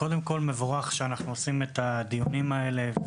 קודם כול, מבורך שאנחנו עורכים את הדיונים האלה.